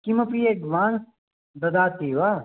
किमपि एड्वान्स् ददाति वा